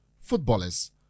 footballers